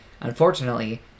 Unfortunately